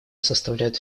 составляют